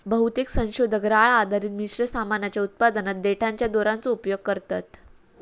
बहुतेक संशोधक राळ आधारित मिश्र सामानाच्या उत्पादनात देठाच्या दोराचो उपयोग करतत